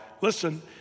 listen